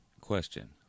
question